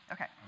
Okay